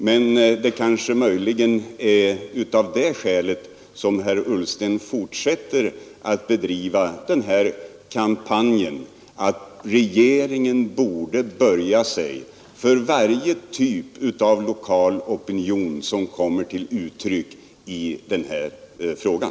Men det är kanske av det skälet som herr Ullsten fortsätter att bedriva den här kampanjen — att regeringen borde böja sig för varje typ av lokal opinion som kommer till uttryck i den här frågan.